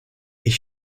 ich